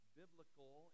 biblical